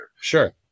Sure